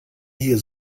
hier